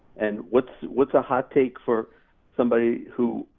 and what's what's ah hot take for somebody who,